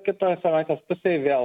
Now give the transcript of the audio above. kitoj savaitės pusėj vėl